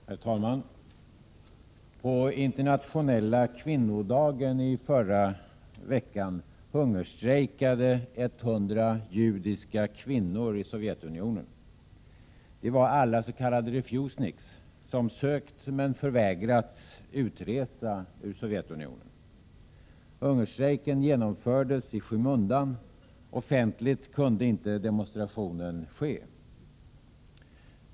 Herr talman! På internationella kvinnodagen i förra veckan hungerstrejkade 100 judiska kvinnor i Sovjetunionen. De var alla s.k. refusnikar, som sökt om men förvägrats utresa ur Sovjetunionen. Hungerstrejken genomfördes i skymundan. Offentligt kunde inte demonstrationen ske.